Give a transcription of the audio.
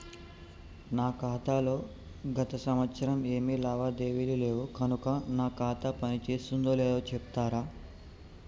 నా ఖాతా లో గత సంవత్సరం ఏమి లావాదేవీలు లేవు కనుక నా ఖాతా పని చేస్తుందో లేదో చెప్తరా?